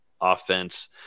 offense